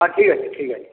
ହଁ ଠିକ୍ ଅଛେ ଠିକ୍ ଅଛେ